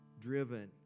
driven